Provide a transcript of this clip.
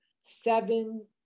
seven